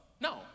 No